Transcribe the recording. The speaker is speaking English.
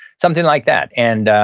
something like that. and